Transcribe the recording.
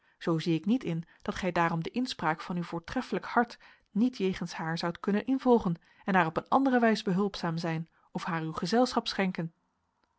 zoo zie ik niet in dat gij daarom de inspraak van uw voortreffelijk hart niet jegens haar zoudt kunnen involgen en haar op een andere wijs behulpzaam zijn of haar uw gezelschap schenken